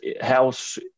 house